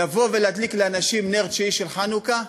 לבוא ולהדליק לאנשים נר תשיעי של חנוכה,